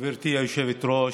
גברתי היושבת-ראש,